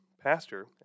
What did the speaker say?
pastor